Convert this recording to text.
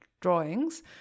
drawings